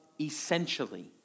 essentially